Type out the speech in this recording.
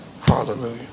Hallelujah